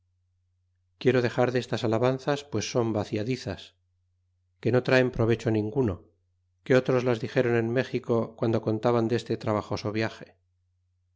quiero dexar de estas alabanzas pues son vaciadiiv zas que no traen provecho ninguno que otros las dixeron en méxico guando contaban deste trabajoso viage